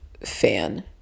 fan